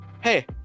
hey